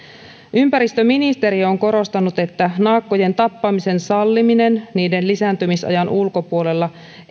ympäristöministeriö on korostanut että naakkojen tappamisen salliminen niiden lisääntymisajan ulkopuolella